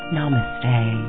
Namaste